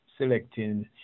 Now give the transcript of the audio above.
selecting